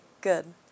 Good